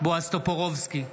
בועז טופורובסקי,